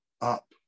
up